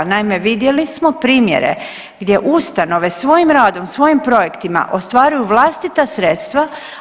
Naime, vidjeli smo primjere gdje ustanove svojim radom, svojim projektima ostvaruju vlastita sredstva.